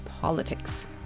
politics